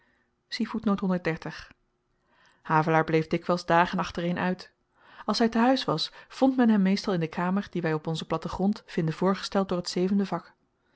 havelaar bleef dikwyls dagen achtereen uit als hy te-huis was vond men hem meestal in de kamer die wy op onzen platten grond vinden voorgesteld door t zevende vak